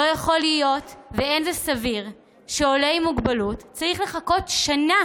לא יכול להיות ולא סביר שעולה עם מוגבלות צריך לחכות שנה